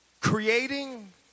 Creating